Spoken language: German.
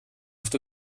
oft